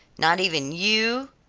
not even you!